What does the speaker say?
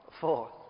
Four